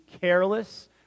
careless